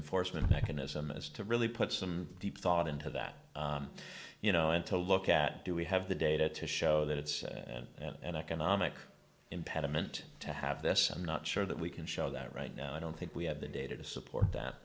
foresman mechanism is to really put some deep thought into that you know and to look at do we have the data to show that it's an economic impediment to have this i'm not sure that we can show that right now i don't think we have the data to support that